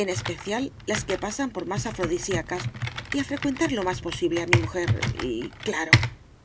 en especial las que pasan por más afrodisíacas y a frecuentar lo más posible a mi mujer y claro te